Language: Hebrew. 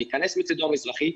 אני אכנס מצדו המזרחי,